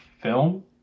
film